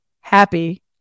happy